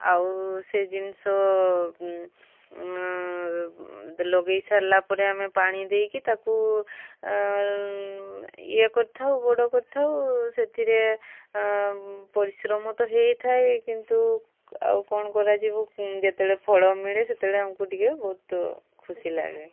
ଆଉ ସେ ଜିନିଷ ଲଗେଇ ସାରିଲା ପରେ ଆମେ ପାଣି ଦେଇକି ତାକୁ ଇଏ କରିଥାଉ ବଡ଼ କରିଥାଉ ସେଥିରେ ପରିଶ୍ରମ ତ ହେଇଥାଏ କିନ୍ତୁ ଆଉ କ'ଣ କରାଯିବୁ ଯେତେବେଳେ ଫଳ ମିଳେ ସେତେବେଳେ ଆମକୁ ଟିକେ ବହୁତ ଖୁସି ଲାଗେ